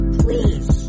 please